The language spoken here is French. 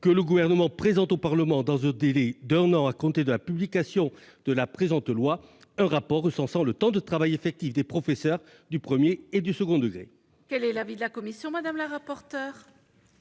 que le Gouvernement présente au Parlement, dans un délai d'un an à compter de la publication de la présente loi, un rapport recensant le temps de travail effectif des professeurs du premier et du second degré. Quel est l'avis de la commission ? Sans surprise,